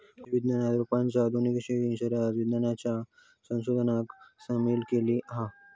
कृषि विज्ञानात रोपांच्या आनुवंशिक शरीर विज्ञानाच्या संशोधनाक सामील केला हा